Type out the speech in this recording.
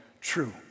true